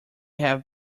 have